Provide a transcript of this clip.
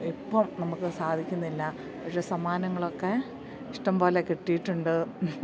ഇപ്പം നമുക്ക് സാധിക്കുന്നില്ല പക്ഷെ സമ്മാനങ്ങളൊക്കെ ഇഷ്ടം പോലെ കിട്ടിയിട്ടുണ്ട്